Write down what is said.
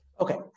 Okay